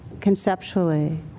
conceptually